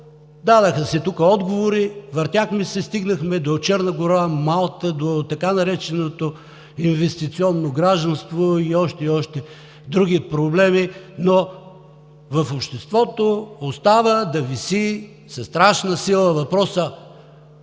дадоха си тук отговори, въртяхме се, стигнахме до Черна гора, Малта, до така нареченото инвестиционно гражданство и още, и още други проблеми. Но в обществото остава да виси със страшна сила въпросът: